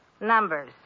Numbers